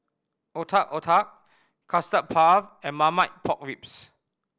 Otak Otak Custard Puff and Marmite Pork Ribs